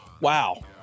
Wow